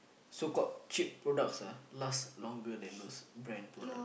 so called cheap products ah last longer than those brand product